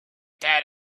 that